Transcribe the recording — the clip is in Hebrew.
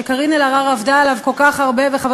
שקארין אלהרר עבדה עליו כל כך הרבה וחבר